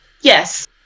yes